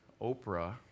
Oprah